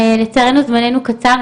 לצערנו זמננו קצר,